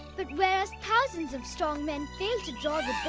but whereas thousands of strong men failed to draw